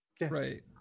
right